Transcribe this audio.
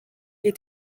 ait